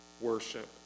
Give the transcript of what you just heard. worship